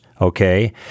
okay